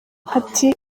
ati